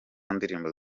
ndirimbo